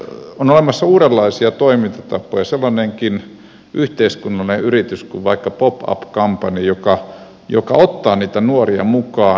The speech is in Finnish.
on olemassa uudenlaisia toimintatapoja sellainenkin yhteiskunnallinen yritys kuin vaikka pop up kampanja joka ottaa niitä nuoria mukaan